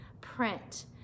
print